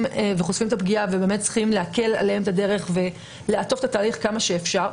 את הפגיעה וצריכים להקל עליהם את הדרך ולעטוף את התהליך כמה שאפשר.